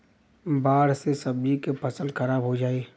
बाढ़ से सब्जी क फसल खराब हो जाई